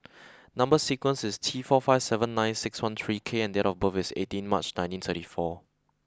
number sequence is T four five seven nine six one three K and date of birth is eighteen March nineteen thirty four